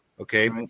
Okay